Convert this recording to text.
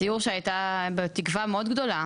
סיור שהייתה בו תקווה מאוד גדולה